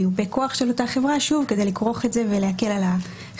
מיופה כוח של אותה חברה כדי לכרוך את זה ולהקל על החברות.